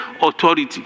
authority